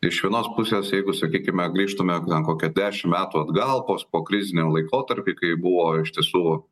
iš vienos pusės jeigu sakykime grįžtume ten kokia dešim metų atgal pos pokrizinį laikotarpį kai buvo iš tiesų